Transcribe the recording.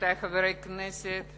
רבותי חברי הכנסת,